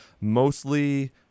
mostly